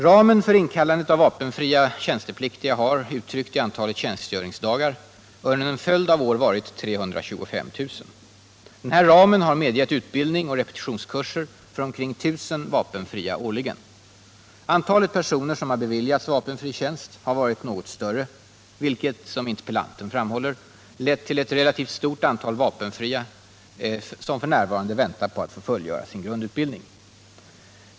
Ramen för inkallandet av vapenfria tjänstepliktiga har — uttryckt i antalet tjänstgöringsdagar — under en följd av år varit 325 000. Denna ram har medgivit utbildning och repetitionskurser för ca 1 000 vapenfria årligen. Antalet personer som har beviljats vapenfri tjänst har varit något större vilket — som interpellanten framhåller — lett till att ett relativt stort antal vapenfria f. n. väntar på att få fullgöra sin grundutbildning.